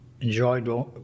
enjoyed